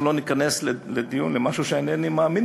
אנחנו לא ניכנס לדיון למשהו שאינני מאמין